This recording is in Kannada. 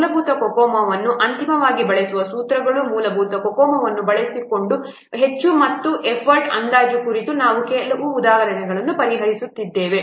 ಮೂಲಭೂತ COCOMO ಅನ್ನು ಅಂತಿಮವಾಗಿ ಬಳಸುವ ಸೂತ್ರಗಳು ಮೂಲಭೂತ COCOMO ಅನ್ನು ಬಳಸಿಕೊಂಡು ವೆಚ್ಚ ಮತ್ತು ಎಫರ್ಟ್ನ ಅಂದಾಜು ಕುರಿತು ನಾವು ಕೆಲವು ಉದಾಹರಣೆಗಳನ್ನು ಪರಿಹರಿಸಿದ್ದೇವೆ